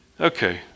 Okay